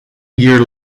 year